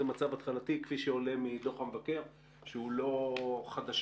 זה מצב התחלתי כפי שעולה מדוח המבקר שהוא לא חדש